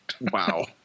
Wow